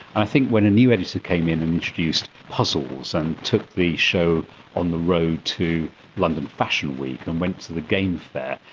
i think when a new editor came in and introduced puzzles and took the show on the road to london fashion week and went to the game fair,